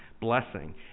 blessing